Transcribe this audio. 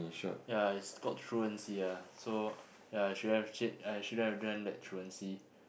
ya it's about truancy ah so ya I shouldn't have cheat I shouldn't have done that truancy